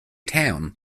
town